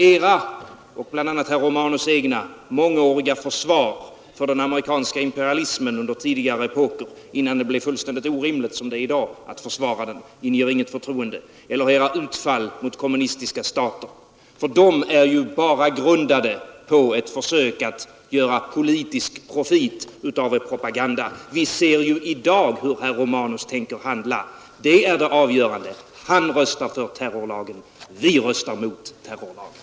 Ert — bl.a. herr Romanus” — mångåriga försvar för den amerikanska imperialismen under tidigare epoker, innan det blev fullständigt orimligt, som det är i dag, att försvara den, inger inget förtroende, och inte heller era utfall mot kommunistiska stater, för de är bara grundade på ett försök att göra politisk profit av er propaganda. Vi ser i dag hur herr Romanus tänker handla. Det är det avgörande. Han röstar för terrorlagen. Vi röstar mot terrorlagen.